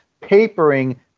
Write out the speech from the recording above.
papering